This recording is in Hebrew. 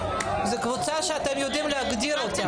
זה קבוצה שאתם יודעים להגדיר אותה?